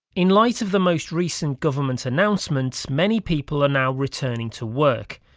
in light of the most recent government announcements, many people are now returning to work.